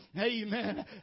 Amen